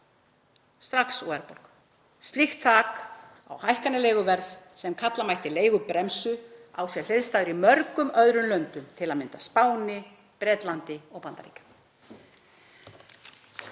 strax úr verðbólgu. Slíkt þak á hækkanir leiguverðs, sem kalla mætti „leigubremsu“, á sér hliðstæður í mörgum öðrum löndum, til að mynda Spáni, Bretlandi og Bandaríkjunum.